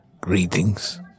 Greetings